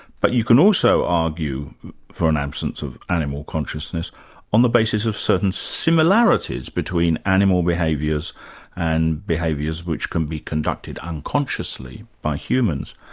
but you can also argue for an absence of animal consciousness on the basis of certain similarities between animal behaviours and behaviours which can be conducted unconsciously by humans.